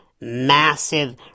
massive